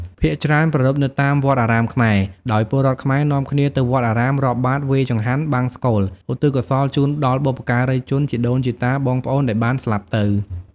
ភាគច្រើនប្រារព្ធនៅតាមវត្តអារាមខ្មែរ ដោយពលរដ្ឋខ្មែរនាំគ្នាទៅវត្តអារាម រាប់បាត្រ វេរចង្ហាន់ បង្សុកូល ឧទ្ទិសកុសលជូនដល់បុព្វការីជន ជីដូនជីតា បងប្អូនដែលបានស្លាប់ទៅ។